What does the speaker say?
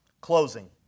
Closing